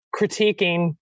critiquing